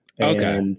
Okay